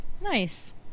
Nice